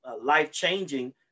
life-changing